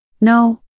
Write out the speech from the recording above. No